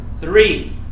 Three